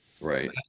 right